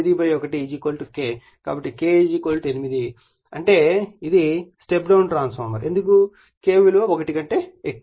కాబట్టి K 8 అంటే ఇది స్టెప్ డౌన్ ట్రాన్స్ఫార్మర్ ఎందుకంటే K విలువ 1 కంటే ఎక్కువ